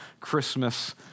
Christmas